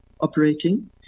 operating